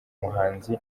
muhanzi